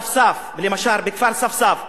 למשל בכפר ספסף,